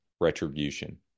retribution